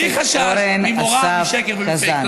בלי חשש ומורא משקר ומפייק.